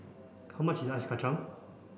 how much is Ice Kachang